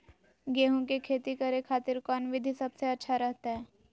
गेहूं के खेती करे खातिर कौन विधि सबसे अच्छा रहतय?